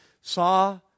saw